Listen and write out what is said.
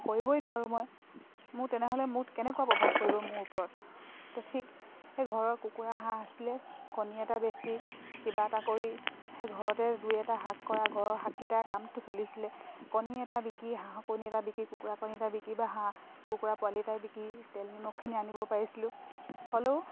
কৰিবই নোৱাৰোঁ মই মোক তেনেহ'লে মোক কেনেকুৱা প্ৰভাৱ পৰি মোৰ ওপৰত ত' ঠিক সেই ঘৰৰ কুকুৰা হাঁহ আছিলে কণী এটা বেছি কিবা এটা কৰি সেই ঘৰতে দুই এটা শাক কৰা ঘৰৰ শাককেইটাই কামটো চলিছিলে কণী এটা বিকি হাঁহ কণী এটা বিক্ৰী কুকুৰা কণী এটা বিক্ৰী বা হাঁহ কুকুৰা পোৱালি এটাই বিকি তেল নিমখখিনি আনিব পাৰিছিলোঁ হ'লেও